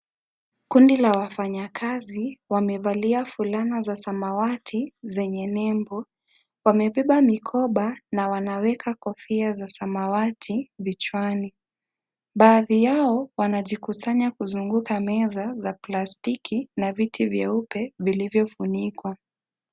Kundi la wafanyakazi wamevalia fulana za samawati zenye nembo. Wamebeba mikoba na wanaweka kofia za samawati vichwani. Baadhi yao wanajikusanya kuzunguka meza za plastiki na viti vyeupe vilivyofunikwa.